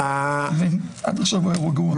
שאם הולכים לכיוון הזה,